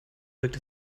wirkt